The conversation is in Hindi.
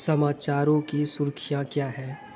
समाचारों की सुर्खियाँ क्या हैं